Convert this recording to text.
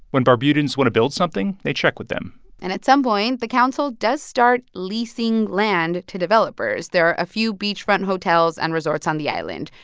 when barbudans want to build something, they check with them and at some point, the council does start leasing land to developers. there are a few beachfront hotels and resorts on the island.